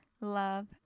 love